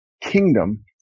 kingdom